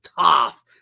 Tough